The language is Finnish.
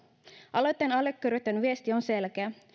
aloitteen allekirjoittajien viesti on selkeä